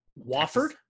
Wofford